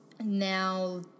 Now